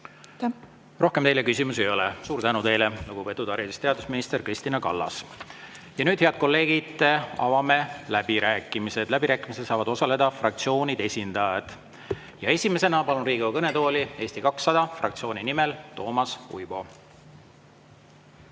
Rohkem teile küsimusi ei ole. Suur tänu teile, lugupeetud haridus- ja teadusminister Kristina Kallas! Ja nüüd, head kolleegid, avame läbirääkimised. Läbirääkimistel saavad osaleda fraktsioonide esindajad. Ja esimesena palun Riigikogu kõnetooli Eesti 200 fraktsiooni nimel kõnelema Toomas Uibo.